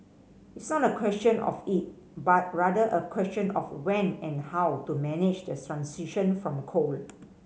it's not a question of if but rather a question of when and how to manage the transition from coal